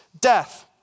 death